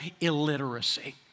illiteracy